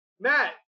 matt